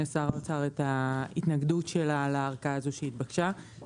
שר האוצר את ההתנגדות שלה לארכה הזאת שהתבקשה,